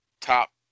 top